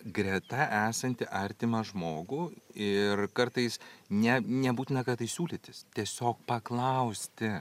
greta esantį artimą žmogų ir kartais ne nebūtina kartais siūlytis tiesiog paklausti